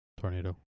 Tornado